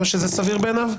שסביר בעיניו?